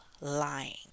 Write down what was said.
lying